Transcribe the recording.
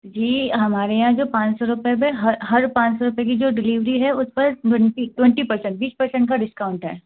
जी हमारे यहाँ जो पाँच सौ रुपए पे हर हर पाँच सौ रुपए की जो डिलीवरी है उस पर ट्वेंटी ट्वेंटी पर्सेन्ट बीस पर्सेन्ट का डिस्काउंट है